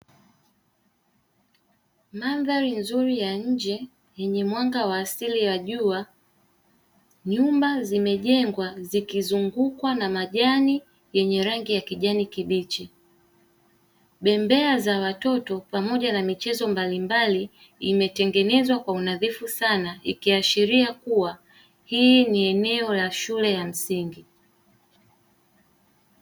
Mandhari nzuri ya nje yenye mwanga wa asili wa jua, nyumba zimejengwa zikizungukwa na majani yenye rangi ya kijani kibichi, bembea za watoto pamoja na michezo mbalimbali imetengenezwa kwa unadhifu sana ikiashiria kuwa hili ni eneo la shule ya msingi.